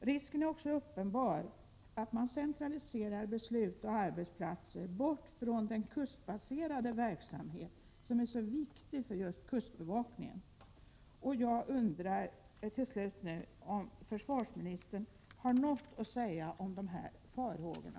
Risken är också uppenbar att man centraliserar beslut och arbetsplatser bort från den kustbaserade verksamhet som är så viktig för just kustbevakningen. Jag undrar till slut om försvarsministern har något att säga om de här farhågorna.